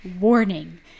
warning